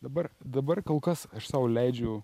dabar dabar kol kas aš sau leidžiu